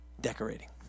decorating